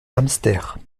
hamster